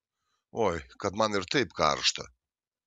oi kad man ir taip karšta